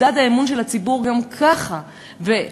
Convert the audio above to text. מדד האמון של הציבור גם ככה יורד,